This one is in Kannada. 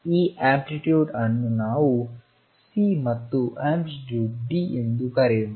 ಈ ಅಂಪ್ಲಿ ಟ್ಯೂಡ್ ಅನ್ನು ನಾವು C ಮತ್ತು ಆಂಪ್ಲಿಟ್ಯೂಡ್ D ಎಂದು ಕರೆಯೋಣ